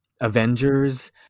Avengers